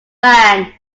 van